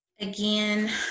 Again